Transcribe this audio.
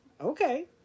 Okay